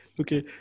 Okay